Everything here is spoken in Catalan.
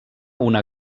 una